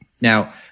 Now